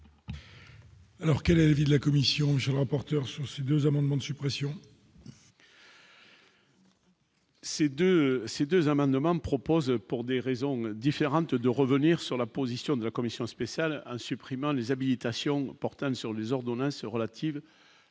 Alors qu'est l'avis de la commission je rapporteur sur Sud, 2 amendements de suppression. Ces 2, ces 2 amendements proposent pour des raisons différentes, de revenir sur la position de la Commission spéciale en supprimant les habilitations portant sur les ordonnances relatives